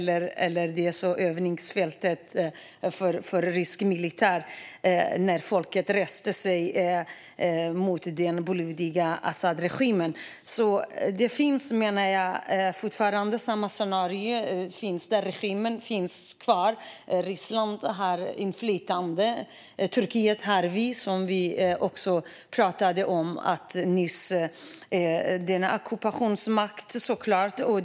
Det var ett övningsfält för rysk militär när folket reste sig mot den blodiga Asadregimen. Jag menar att det fortfarande finns samma scenario. Regimen finns kvar. Ryssland har inflytande. Turkiet, som vi nyss pratade om, är en ockupationsmakt, såklart.